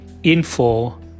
info